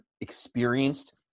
experienced